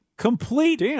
Complete